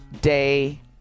Day